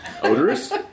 Odorous